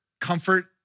comfort